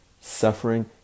suffering